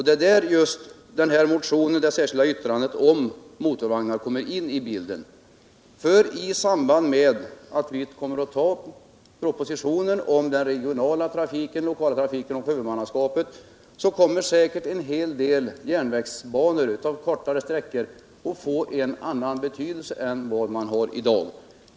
Det är där det särskilda yttrandet om motorvagnar kommer in i bilden. I samband med att riksdagen kommer att anta propositionen om den regionala trafiken, kollektivtrafiken och huvudmannaskapet får säkert en hel del järnvägsbanor på kortare sträckor en annan betydelse än vad de har i dag.